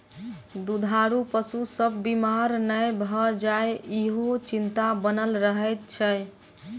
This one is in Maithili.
दूधारू पशु सभ बीमार नै भ जाय, ईहो चिंता बनल रहैत छै